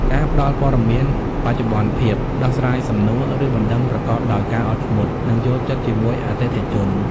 ការផ្តល់ព័ត៌មានបច្ចុប្បន្នភាព ដោះស្រាយសំណួរ ឬបណ្តឹងប្រកបដោយការអត់ធ្មត់ និងយល់ចិត្តជាមួយអតិថិជន។